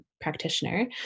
practitioner